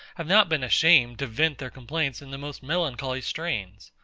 have not been ashamed to vent their complaints in the most melancholy strains.